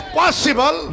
possible